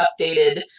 updated